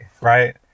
Right